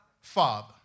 father